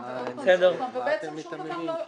ועוד פעם ועוד פעם ובעצם שום דבר לא משתנה.